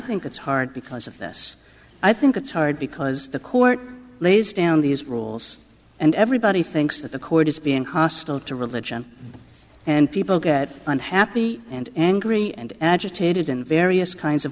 think it's hard because of this i think it's hard because the court lays down these rules and everybody thinks that the court is being hostile to religion and people get unhappy and angry and agitated in various kinds of